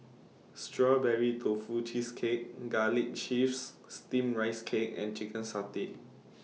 Strawberry Tofu Cheesecake Garlic Chives Steamed Rice Cake and Chicken Satay